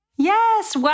Yes